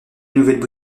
nouvelles